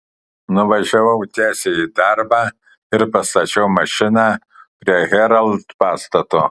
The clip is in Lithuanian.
nuvažiavau tiesiai į darbą ir pastačiau mašiną prie herald pastato